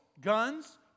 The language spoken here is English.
Guns